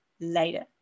later